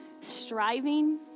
striving